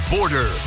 Border